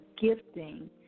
gifting